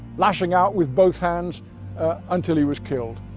lashing out with both hands until he was killed.